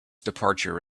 departure